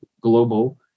global